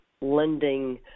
lending